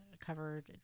covered